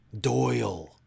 Doyle